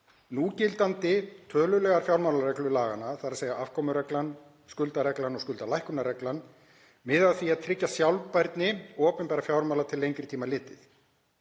Núgildandi tölulegar fjármálareglur laganna, þ.e. afkomureglan, skuldareglan og skuldalækkunarreglan, miða að því að tryggja sjálfbærni opinberra fjármála til lengri tíma litið.